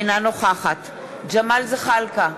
אינה נוכחת ג'מאל זחאלקה,